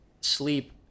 sleep